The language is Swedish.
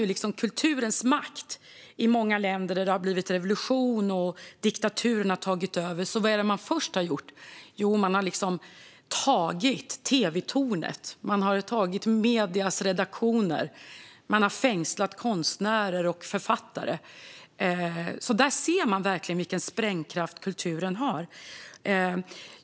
Vad är det första man har gjort i många länder där det har blivit revolution och diktaturen har tagit över? Jo, man har tagit tv-tornet. Man har tagit mediernas redaktioner. Man har fängslat konstnärer och författare. Där ser man verkligen vilken sprängkraft kulturen har.